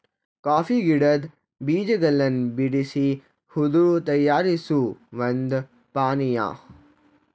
coffee ಗಿಡದ್ ಬೀಜಗಳನ್ ಬಿಡ್ಸಿ ಹುರ್ದು ತಯಾರಿಸೋ ಒಂದ್ ಪಾನಿಯಾ